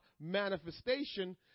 manifestation